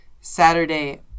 Saturday